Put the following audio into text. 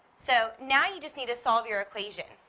so now you just need to solve your equation,